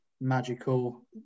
magical